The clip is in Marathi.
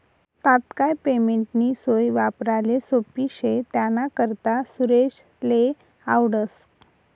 तात्काय पेमेंटनी सोय वापराले सोप्पी शे त्यानाकरता सुरेशले आवडस